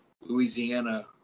Louisiana